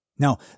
Now